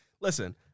listen